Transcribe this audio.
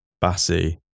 Bassi